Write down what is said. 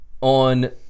on